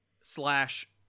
slash